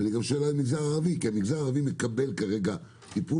ואני גם שואל על המגזר הערבי כי המגזר הערבי מקבל כרגע טיפול.